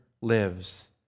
lives